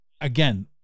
again